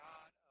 God